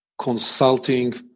consulting